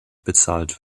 bezahlt